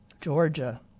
Georgia